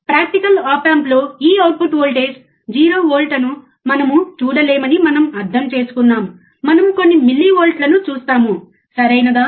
practical op ఆంప్లో ఈ output voltage 0 వోల్ట్ను మనం చూడలేమని మనం అర్థం చేసుకున్నాము మనం కొన్ని మిల్లివోల్ట్లను చూస్తాము సరియైనదా